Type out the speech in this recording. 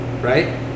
right